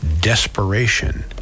desperation